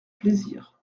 plaisir